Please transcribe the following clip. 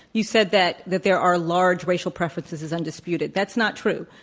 you said that, that there are large racial preferences is undisputed. that's not true.